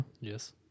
Yes